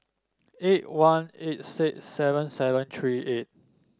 eight one eight six seven seven three eight